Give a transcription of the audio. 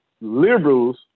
Liberals